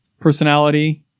personality